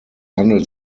handelt